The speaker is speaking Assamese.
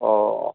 অঁ